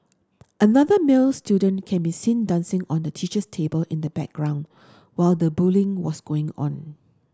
another male student can be seen dancing on the teacher's table in the background while the bullying was going on